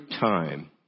time